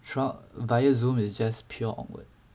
throughout via zoom is just pure awkward